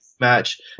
match